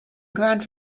grand